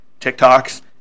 tiktoks